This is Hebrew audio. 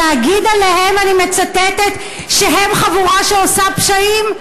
להגיד עליהם, אני מצטטת, שהם חבורה שעושה פשעים?